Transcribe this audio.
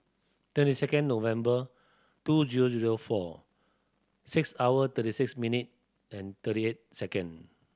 twenty second November two zero zero four six hour thirty six minute and thirty eight second